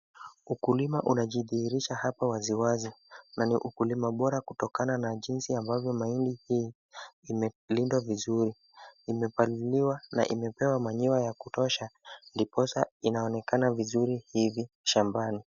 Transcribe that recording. Ukulima unajidhihirisha hapa waziwazi na ni ukulima bora kutokana na jinsi ambavyo mahindi hii imelindwa vizuri. Imepaliliwa na imepewa manure ya kutosha ndiposa inaonekana vizuri hivi shambani.